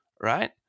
Right